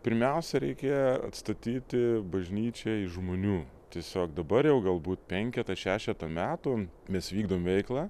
pirmiausia reikėjo atstatyti bažnyčią iš žmonių tiesiog dabar jau galbūt penketą šešetą metų mes vykdom veiklą